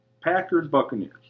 Packers-Buccaneers